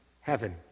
heaven